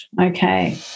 Okay